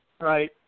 Right